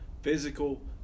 Physical